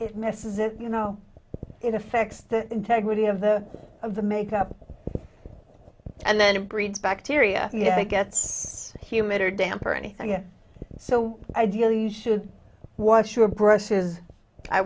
it messes it you know it affects the integrity of the of the makeup and then it breeds bacteria that gets humid or damp or anything so ideally you should wash your brushes i